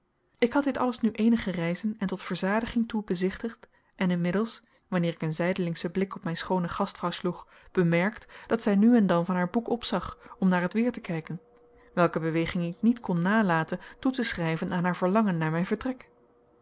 ik had dit alles nu eenige reizen en tot verzadiging toe bezichtigd en inmiddels wanneer ik een zijdelingschen blik op mijn schoone gastvrouw sloeg bemerkt dat zij nu en dan van haar boek opzag om naar het weer te kijken welke beweging ik niet kon nalaten toe te schrijven aan haar verlangen naar mijn vertrek